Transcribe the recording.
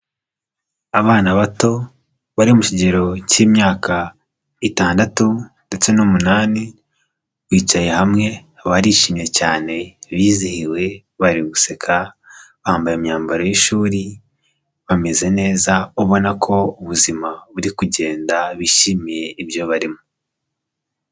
Abana bato bari mu kigero cy'imyaka itandatu ndetse n'umunani bicaye hamwe, barishimye cyane, bizihiwe, bari guseka, bambaye imyambaro y'ishuri, bameze neza ubona ko ubuzima buri kugenda bishimiye ibyo barimo.